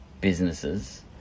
businesses